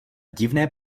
divné